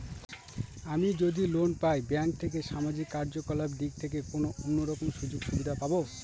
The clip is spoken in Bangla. আমি যদি লোন পাই ব্যাংক থেকে সামাজিক কার্যকলাপ দিক থেকে কোনো অন্য রকম সুযোগ সুবিধা পাবো?